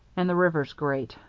and the river's great.